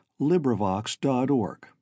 LibriVox.org